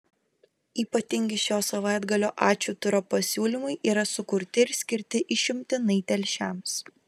ypatingi šio savaitgalio ačiū turo pasiūlymai yra sukurti ir skirti išimtinai telšiams